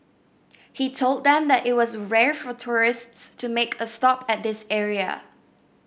he told them that it was rare for tourists to make a stop at this area